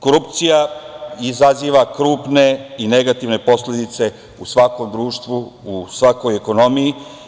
Korupcija izaziva krupne i negativne posledice u svakom društvu, u svakoj ekonomiji.